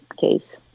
case